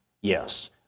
Yes